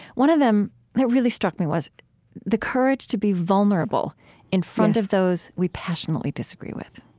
one of them that really struck me was the courage to be vulnerable in front of those we passionately disagree with.